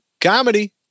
comedy